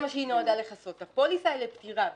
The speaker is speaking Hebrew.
הפוליסה היא לפטירה.